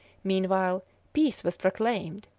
meanwhile peace was proclaimed,